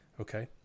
Okay